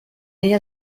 ella